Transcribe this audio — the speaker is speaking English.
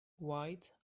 white